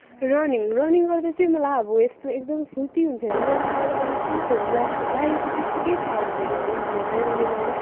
running running गर्दा चाहिँ मलाई अब यस्तो एकदम फुर्ति हुन्छ होइन रनिङहरू गर्दा अनि चोटहरू लाग लागेको त्यस्तो केही थाहा हुँदैन होइन हामीहरूलाई रनिङ गर्दा